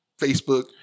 facebook